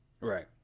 Right